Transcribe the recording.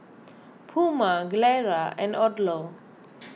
Puma Gilera and Odlo